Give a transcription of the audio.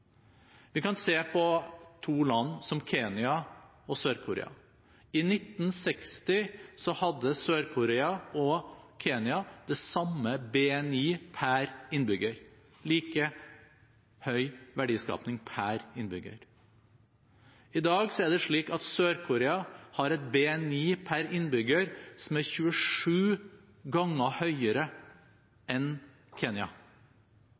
Vi kan se på to land som Kenya og Sør-Korea. I 1960 hadde Sør-Korea og Kenya den samme BNI per innbygger – like høy verdiskaping per innbygger. I dag er det slik at Sør-Korea har en BNI per innbygger som er 27 ganger høyere enn